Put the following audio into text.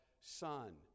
son